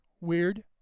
Weird